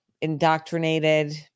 indoctrinated